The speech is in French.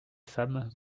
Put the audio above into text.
femme